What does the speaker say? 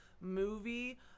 movie